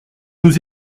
nous